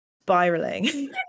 spiraling